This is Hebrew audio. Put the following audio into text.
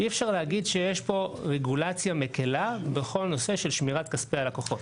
אי אפשר להגיד שיש פה רגולציה מקלה בכל הנושא של שמירת כספי הלקוחות.